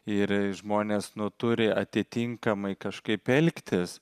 ir žmonės nu turi atitinkamai kažkaip elgtis